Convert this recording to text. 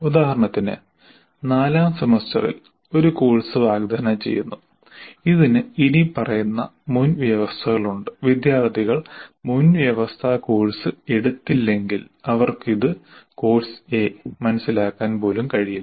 ഉദാഹരണത്തിന് നാലാം സെമസ്റ്ററിൽ ഒരു കോഴ്സ് വാഗ്ദാനം ചെയ്യുന്നു ഇതിന് ഇനിപ്പറയുന്ന മുൻവ്യവസ്ഥകൾ ഉണ്ട് വിദ്യാർത്ഥികൾ മുൻവ്യവസ്ഥാ കോഴ്സ് എടുത്തില്ലെങ്കിൽ അവർക്ക് ഇത് കോഴ്സ് എ മനസ്സിലാക്കാൻ പോലും കഴിയില്ല